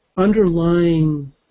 underlying